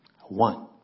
One